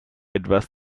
etwas